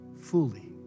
fully